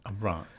Right